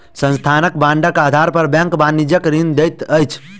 संस्थानक बांडक आधार पर बैंक वाणिज्यक ऋण दैत अछि